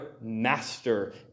master